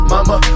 Mama